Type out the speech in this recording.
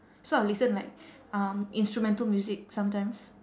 so I will listen like um instrumental music sometimes